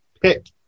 pick